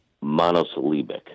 Monosyllabic